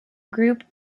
group